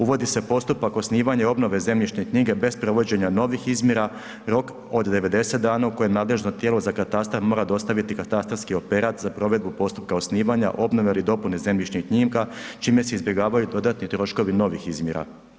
Uvodi se postupak osnivanja i obnove zemljišne knjige, bez provođenja novih izmjera, rok od 90 dana u kojem nadležno tijelo za katastar mora dostaviti katastarski operat za provedbu postupka osnivanja, obnove ili dopune zemljišnih knjiga, čime se izbjegavaju dodatni troškovi novih izmjera.